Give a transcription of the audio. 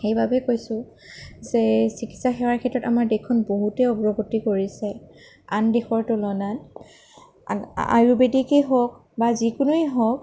সেইবাবেই কৈছোঁ যে চিকিৎসা সেৱাৰ ক্ষেত্ৰত আমাৰ দেশখন বহুতেই অগ্ৰগতি কৰিছে আন দেশৰ তুলনাত আ আয়ুৰ্বেদিকেই হওঁক বা যিকোনোৱেই হওঁক